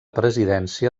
presidència